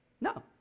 No